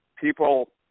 People –